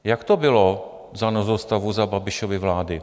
Jak to bylo za nouzového stavu za Babišovy vlády?